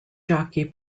jockey